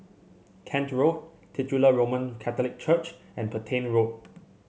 Kent Road Titular Roman Catholic Church and Petain Road